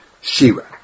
shira